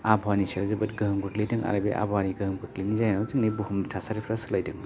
आबहावानि सायाव जोबोद गोहोम गोग्लैदों आरो बे आबहावानि गोहोम गोग्लैनायनि जाहोनाव जोंनि बुहुमनि थासारिफोरा सोलायदों